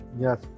Yes